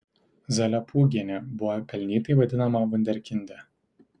zalepūgienė buvo pelnytai vadinama vunderkinde